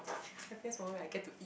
happiest moment when I get to